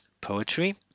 Poetry